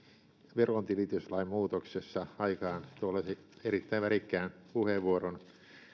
verontilityslain muutoksessa aikaan tuollaisen erittäin värikkään puheenvuoron